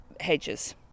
hedges